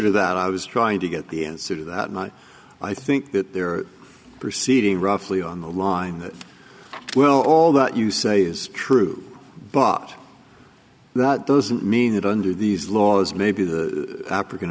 to that i was trying to get the answer to that much i think that they're proceeding roughly on the line that well all that you say is true but that doesn't mean that under these laws maybe the african